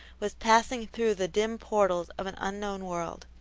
was passing through the dim portals of an unknown world.